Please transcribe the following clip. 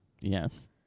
Yes